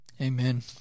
Amen